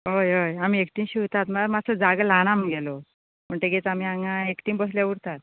हय हय आमी एकटी शिंवतात म्हळ् मास्सो जागो ल्हान आमगेलो म्हणटेकीत आमी हांगा एकटी बसल्या उरतात